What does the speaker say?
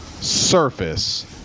surface